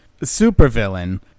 supervillain